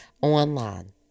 online